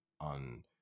on